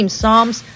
psalms